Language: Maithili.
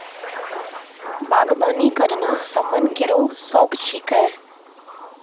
बागबानी करना रमन केरो शौक छिकै